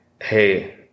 Hey